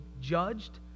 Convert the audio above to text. judged